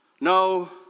No